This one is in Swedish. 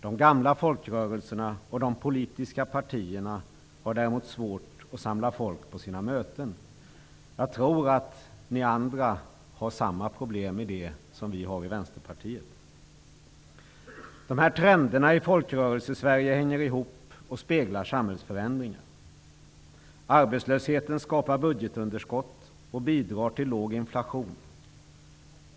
De gamla folkrörelserna och de politiska partierna har däremot svårt att samla folk på sina möten. Jag tror att ni andra har samma problem som vi i Dessa trender i Folkrörelsesverige hänger ihop och speglar samhällsförändringar. Arbetslösheten skapar budgetunderskott och bidrar till låg inflation.